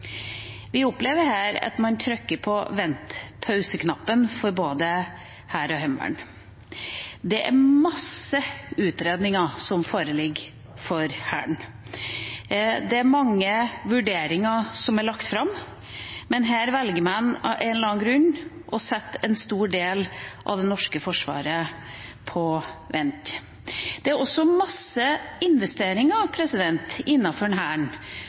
Vi opplever her at man trykker på pauseknappen for både hær og heimevern. Det er mange utredninger som foreligger for Hæren. Det er mange vurderinger som er lagt fram, men her velger man av en eller annen grunn å sette en stor del av det norske forsvaret på vent. Det er også mange investeringer innenfor Hæren